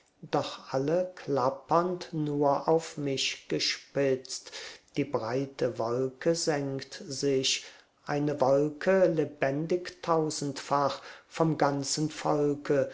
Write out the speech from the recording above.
doch alle klappernd nur auf mich gespitzt die breite wolke senkt sich eine wolke lebendig tausendfach vom ganzen volke